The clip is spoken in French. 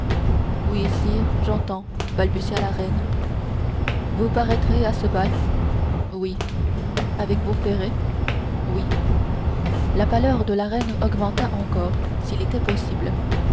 oui sire j'entends balbutia la reine vous paraîtrez à ce bal oui avec vos ferrets oui la pâleur de la reine augmenta encore s'il était possible